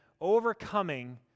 overcoming